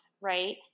right